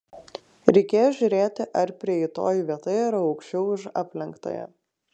reikėjo žiūrėti ar prieitoji vieta yra aukščiau už aplenktąją